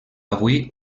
avui